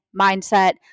mindset